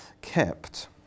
kept